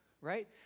right